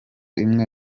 imwe